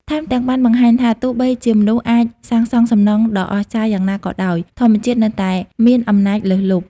ថែមទាំង បានបង្ហាញថា ទោះបីជាមនុស្សអាចសាងសង់សំណង់ដ៏អស្ចារ្យយ៉ាងណាក៏ដោយ ធម្មជាតិនៅតែមានអំណាចលើសលប់។